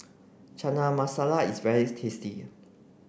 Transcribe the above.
Chana Masala is very tasty